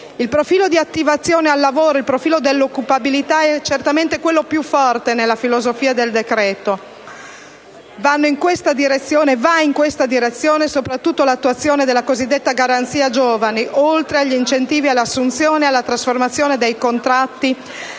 Il profilo dell'attivazione al lavoro, il profilo dell'occupabilità è certamente quello più forte nella filosofia del decreto. Va in questa direzione soprattutto l'attuazione della cosiddetta garanzia giovani, oltre agli incentivi all'assunzione e alla trasformazione dei contratti